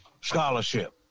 scholarship